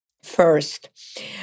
First